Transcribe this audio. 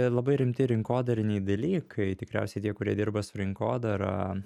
labai rimti rinkodariniai dalykai tikriausiai tie kurie dirba su rinkodara